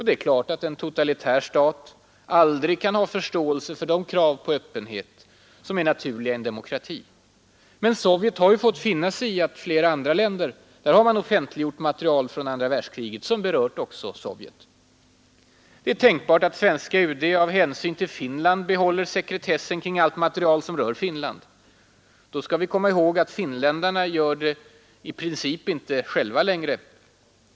Det är klart att en totalitär stat aldrig kan ha förståelse för de krav på öppenhet som är naturliga i en demokrati. Men Sovjet har ju fått finna sig i att i flera andra länder har man offentliggjort material från andra världskriget som berört också Sovjet. Det är tänkbart att svenska UD av hänsyn till Finland behåller sekretessen kring allt material som rör Finland. Då skall vi komma ihåg att finnländarna i princip inte gör det själva längre.